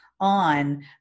on